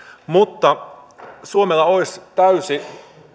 mutta suomella olisi myös täysi